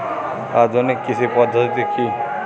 আধুনিক কৃষি পদ্ধতি কী?